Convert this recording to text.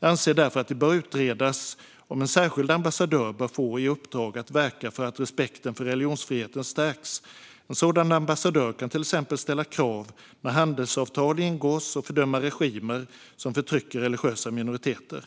Jag anser därför att det bör utredas om en särskild ambassadör ska få i uppdrag att verka för att respekten för religionsfriheten stärks. En sådan ambassadör kan till exempel ställa krav när handelsavtal ingås och fördöma regimer som förtrycker religiösa minoriteter.